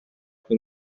from